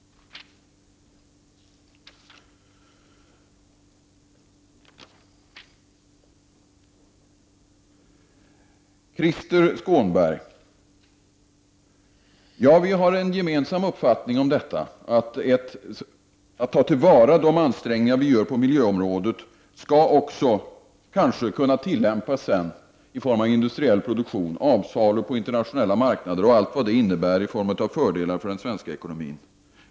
Vi har en gemensam uppfattning, Krister Skånberg, att ta till vara de ansträngningar som görs på miljöområdet och sedan tillämpa dem i form av industriell produktion, avsalu på internationella marknader och allt vad det innebär i form av fördelar för den svenska ekonomin.